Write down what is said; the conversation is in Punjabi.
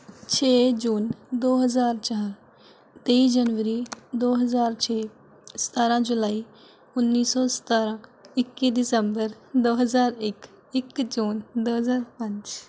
ਛੇ ਜੂਨ ਦੋ ਹਜ਼ਾਰ ਚਾਰ ਤੇਈ ਜਨਵਰੀ ਦੋ ਹਜ਼ਾਰ ਛੇ ਸਤਾਰ੍ਹਾਂ ਜੁਲਾਈ ਉੱਨ੍ਹੀ ਸੌ ਸਤਾਰ੍ਹਾਂ ਇੱਕੀ ਦਸੰਬਰ ਦੋ ਹਜ਼ਾਰ ਇੱਕ ਇੱਕ ਜੂਨ ਦੋ ਹਜ਼ਾਰ ਪੰਜ